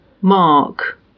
mark